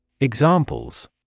Examples